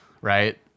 right